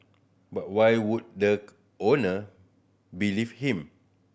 but why would the owner believe him